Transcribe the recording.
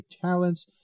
talents